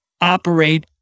operate